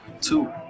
Two